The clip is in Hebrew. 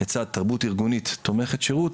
לצד תרבות ארגונית תומכת שירות,